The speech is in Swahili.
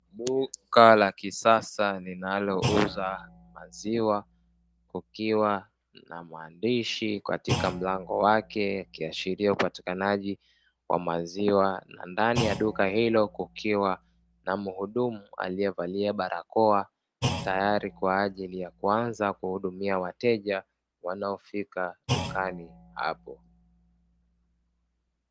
Duka la kisasa linalouza maziwa, kukiwa na maandishi katika mlango wake ikiashiria upatikanaji wa maziwa na ndani ya duka hilo kukiwa na mhudumu aliyevalia barakoa tayari kwa ajili ya kuanza kuhudumia wateja wanaofika dukani hapo.